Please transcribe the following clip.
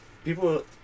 People